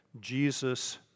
Jesus